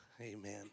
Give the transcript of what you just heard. Amen